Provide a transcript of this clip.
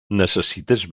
necessites